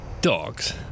Dogs